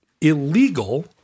illegal